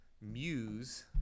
Muse